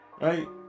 right